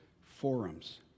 forums